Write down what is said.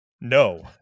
No